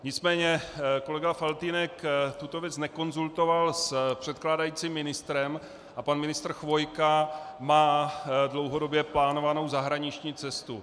Nicméně kolega Faltýnek tuto věc nekonzultoval s předkládajícím ministrem a pan ministr Chvojka má dlouhodobě plánovanou zahraniční cestu.